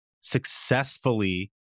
successfully